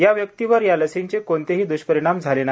या व्यक्तीवर या लसीचे कोणतेही द्ष्परिणाम झाले नाही